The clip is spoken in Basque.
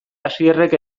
asierrek